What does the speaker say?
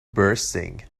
bursting